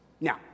Now